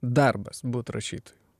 darbas būt rašytoju